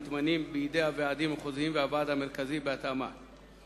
המתמנים בידי הוועדים המחוזיים והוועדה המרכזי בהתאמה,